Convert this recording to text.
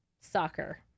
soccer